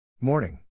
Morning